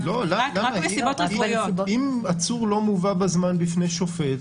אם עצור לא מובא בזמן בפני שופט,